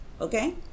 okay